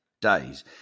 days